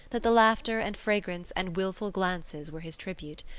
that the laughter and fragrance and wilful glances were his tribute.